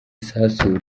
isasu